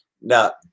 Now